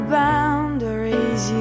boundaries